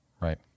Right